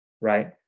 right